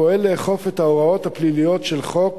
פועל לאכוף את ההוראות הפליליות של חוק